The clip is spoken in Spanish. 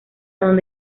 donde